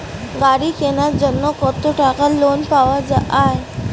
গাড়ি কিনার জন্যে কতো টাকা লোন পাওয়া য়ায়?